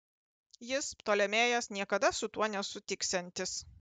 jis ptolemėjas niekada su tuo nesutiksiantis